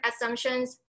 assumptions